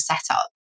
setup